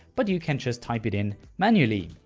but you can just type it in manually.